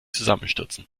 zusammenstürzen